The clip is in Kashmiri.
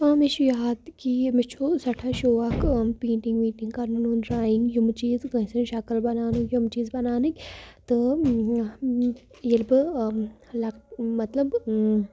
آ مےٚ چھُ یاد کہِ مےٚ چھُ سٮ۪ٹھاہ شوق پینٹِنٛگ وینٹِنٛگ کَرںُک ڈرٛایِنٛگ یِمہٕ چیٖز کٲنٛسہِ ہِنٛزۍ شکٕل بَناونٕکۍ یِم چیٖز بَناونٕکۍ تہٕ ییٚلہِ بہٕ لَک مطلب